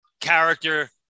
character